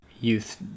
youth